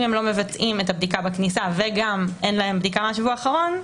אם הם לא מבצעים את הבדיקה בכניסה וגם אין להם בדיקה מהשבוע האחרון,